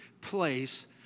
place